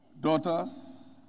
daughters